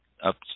up